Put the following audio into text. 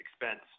expense